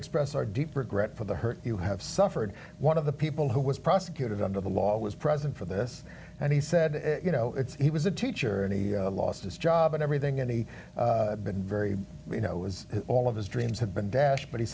express our deep regret for the hurt you have suffered one of the people who was prosecuted under the law was present for this and he said you know it's he was a teacher and he lost his job and everything and he been very you know it was all of his dreams had been dashed but he